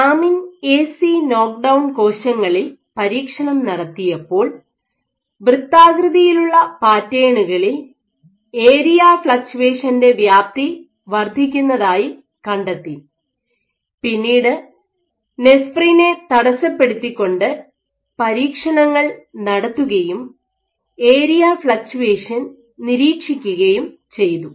lamin AC knockdown കോശങ്ങളിൽ lamin AC knock down cells പരീക്ഷണം നടത്തിയപ്പോൾ വൃത്താകൃതിയിലുള്ള പാറ്റേണുകളിൽ ഏരിയ ഫ്ളക്ച്ചുവേഷൻ്റെ വ്യാപ്തി വർദ്ധിക്കുന്നതായി കണ്ടെത്തി പിന്നീട് നെസ്പ്രിനെ തടസ്സപ്പെടുത്തിക്കൊണ്ട് പരീക്ഷണങ്ങൾ നടത്തുകയും ഏരിയ ഫ്ളക്ച്ചുവേഷൻ നിരീക്ഷിക്കുകയും ചെയ്തു